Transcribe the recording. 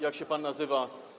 Jak się pan nazywa?